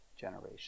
generation